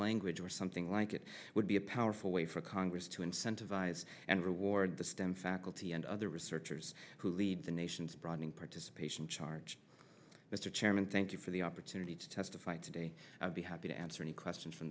language or something like it would be a powerful way for congress to incentivize and reward the stem faculty and other researchers who lead the nation's broadening participation charge mr chairman thank you for the opportunity to testify today be happy to answer any questions from